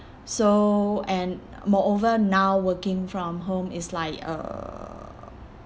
so and moreover now working from home is like uh